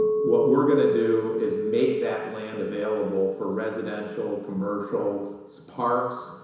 what we're going to do is make that land available for residential, commercial, so parks.